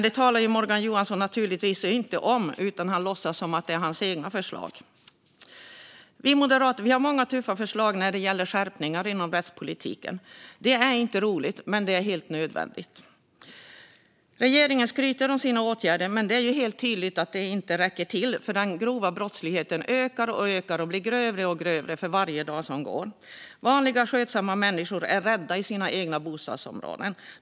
Det talar Morgan Johansson naturligtvis inte om, utan han låtsas som om det är hans egna förslag. Vi moderater har många tuffa förslag när det gäller skärpningar inom rättspolitiken. Det är inte roligt, men det är helt nödvändigt. Regeringen skryter om sina åtgärder, men det är helt tydligt att det inte räcker eftersom den grova brottsligheten ökar och blir grövre och grövre för varje dag som går. Vanliga skötsamma människor är rädda i sina egna bostadsområden.